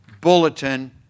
bulletin